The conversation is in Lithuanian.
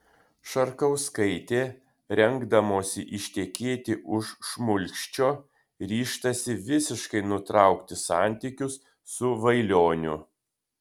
šarkauskaitė rengdamosi ištekėti už šmulkščio ryžtasi visiškai nutraukti santykius su vailioniu